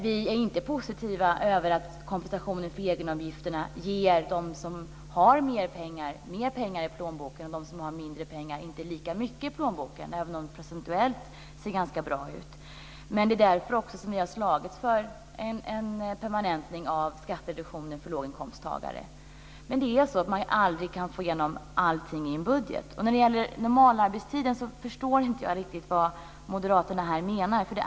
Vi är inte positiva över att kompensationen för egenavgifterna ger de som har pengar mer pengar i plånboken och de som har mindre pengar inte lika mycket i plånboken, även om det procentuellt ser bra ut. Det är därför som vi har slagits för en permanentning av skattereduktionen för låginkomsttagare. Men man kan aldrig få igenom allt i en budget. När det gäller normalarbetstiden förstår jag inte riktigt vad moderaterna menar.